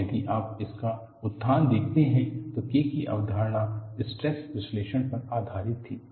और यदि आप इसका उत्थान देखते हैं तो K की अवधारणा स्ट्रेस विश्लेषण पर आधारित थी